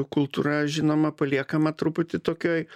kultūra žinoma paliekama truputį tokioj